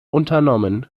unternommen